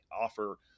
offer